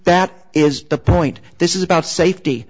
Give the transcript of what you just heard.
that is the point this is about safety